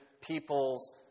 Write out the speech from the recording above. people's